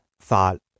thought